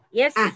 Yes